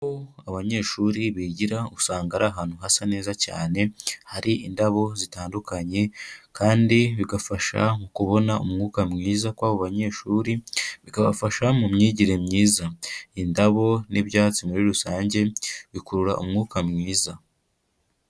Aho abanyeshuri bigira usanga ari ahantu hasa neza cyane, hari indabo zitandukanye kandi bigafasha mu kubona umwuka mwiza kw'abo banyeshuri, bikabafasha mu myigire myiza, indabo n'ibyatsi muri rusange bikurura umwuka mwiza.